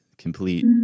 complete